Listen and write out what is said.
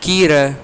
கீரை